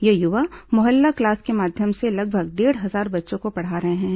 ये युवा मोहल्ला क्लास के माध्यम से लगभग डेढ़ हजार बच्चों को पढ़ा रहे हैं